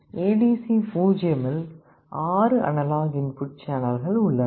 ADC 0 இல் ஆறு analogue input சேனல்கள் உள்ளன